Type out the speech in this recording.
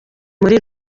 muri